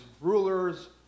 rulers